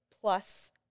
plus